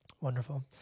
Wonderful